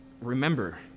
remember